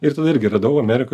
ir tada irgi radau amerikoj